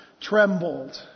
trembled